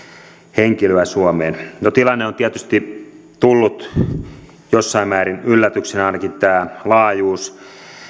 henkilöä suomeen tilanne on tietysti tullut jossain määrin yllätyksenä ainakin tämä laajuus